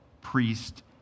priest